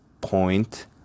point